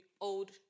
old